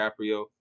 DiCaprio